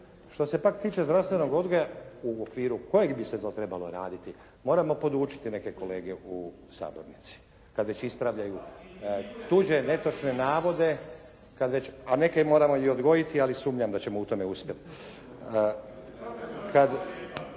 Što se pak tiče zdravstvenog odgoja u okviru kojeg bi se to trebalo raditi moramo podučiti neke kolege u sabornici kad već ispravljaju tuđe netočne navode, a neke moramo i odgojiti, ali sumnjam da ćemo u tome uspjeti.